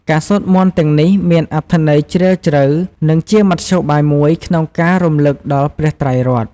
ការសូត្រមន្តទាំងនេះមានអត្ថន័យជ្រាលជ្រៅ និងជាមធ្យោបាយមួយក្នុងការរំឭកដល់ព្រះត្រៃរតន៍។